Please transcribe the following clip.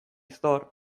zor